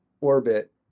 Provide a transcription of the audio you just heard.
orbit